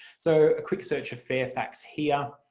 so a quick search of fairfax here,